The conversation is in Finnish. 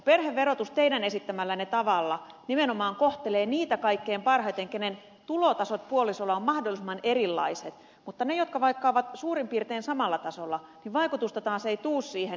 perheverotus teidän esittämällänne tavalla nimenomaan kohtelee niitä kaikkein parhaiten joiden tulotasot puolisoon nähden ovat mahdollisimman erilaiset mutta niillä jotka ovat suurin piirtein samalla tasolla vaikutusta taas ei siihen tule